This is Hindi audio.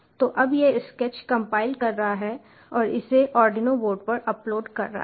तो अब यह स्केच कंपाइल कर रहा है और इसे आर्डिनो बोर्ड पर अपलोड कर रहा है